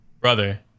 Brother